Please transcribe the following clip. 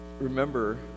remember